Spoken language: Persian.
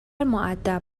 مودب